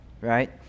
Right